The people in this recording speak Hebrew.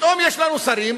ופתאום יש לנו שרים